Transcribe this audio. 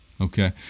Okay